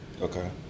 Okay